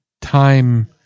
time